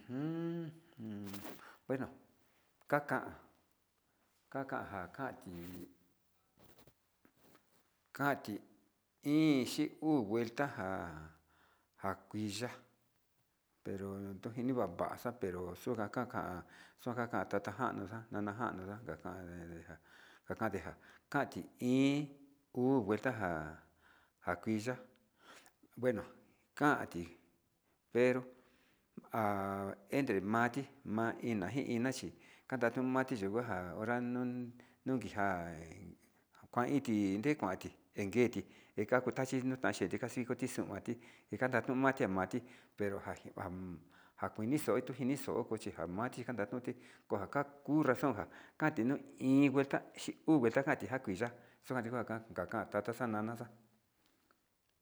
Ujun bueno kakan kakanjan kanti, kanti iin xhin uu vuelta nja njakuiya prto ndojini vavaxa pero xunga ka'an xunjajan tanjano na nda najande ndeja njakan ndeja kanti iin uu vuelta nja njakuiya bueno kanti pero entre mati manjina nji ina chi kandia tuu maxhi iho nja hora nun nunkijai kuan iti ndei kuanti dengueti deka kuxhixno kuanti kachi ndikoti xundi njanda tio mati kuanti pero njakuinixo kuini xo'o kochi njanoti kanandoti kuaka kuu razón njá nati no iin vuelta xhi uu vuelta kuanti njakuiya xuanti kan njakan tata xanana xa'a.